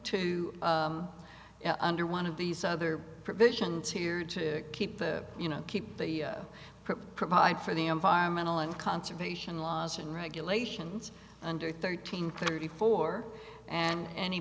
to under one of these other provisions here to keep you know keep the provide for the environmental and conservation laws and regulations under thirteen thirty four and any